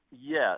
Yes